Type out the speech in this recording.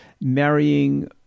marrying